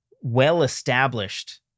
well-established